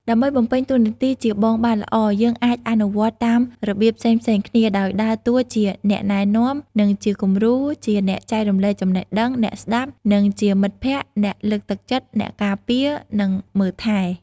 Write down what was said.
ដើម្បីបំពេញតួនាទីជាបងបានល្អ យើងអាចអនុវត្តតាមរបៀបផ្សេងៗគ្នា ដោយដើរតួជា អ្នកណែនាំ និងជាគំរូ ជាអ្នកចែករំលែកចំណេះដឹង អ្នកស្តាប់ និងជាមិត្តភក្តិ អ្នកលើកទឹកចិត្ត អ្នកការពារ និងមើលថែ។